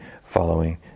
following